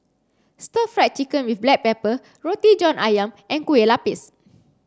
stir fried chicken with black pepper Roti John Ayam and Kuih Popes